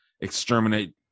exterminate